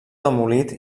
demolit